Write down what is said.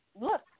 look